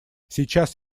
сейчас